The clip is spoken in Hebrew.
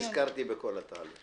אני נזכרתי בכל התהליך.